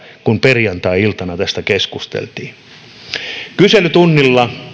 kun perjantai iltana tästä keskusteltiin siitä mitä tämä tarkoittaa kyselytunnilla